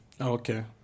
okay